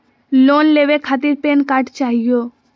Loan लेवे खातीर PAN card चाहियो?